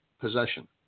possession